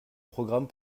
programme